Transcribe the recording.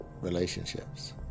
relationships